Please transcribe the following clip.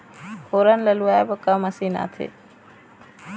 फोरन ला लुआय बर का मशीन आथे?